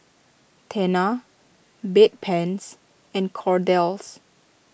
Tena Bedpans and Kordel's